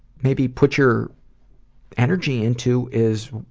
maybe put your energy into is